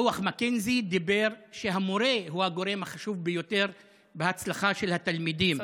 דוח מקינזי אמר שהמורה הוא הגורם החשוב ביותר בהצלחה של התלמידים.